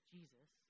Jesus